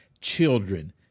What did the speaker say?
children